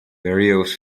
various